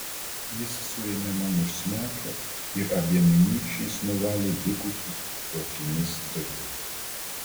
jis suėmė man už smakro ir abiem nykščiais nuvalė likusius po akimis dažus